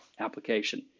application